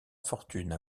fortune